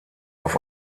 auf